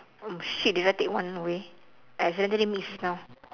oh shit did I take one way I accidentally miss count